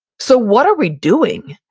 so what are we doing?